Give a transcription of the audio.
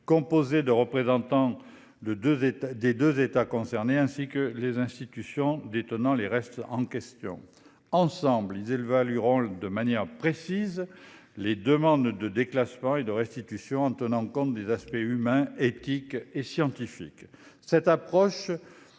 composé de représentants des deux États concernés ainsi que des institutions détenant les restes en question. Ensemble, ils évalueront de manière précise les demandes de déclassement et de restitution en tenant compte des aspects humains, éthiques et scientifiques.